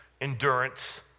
endurance